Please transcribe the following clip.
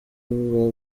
w’u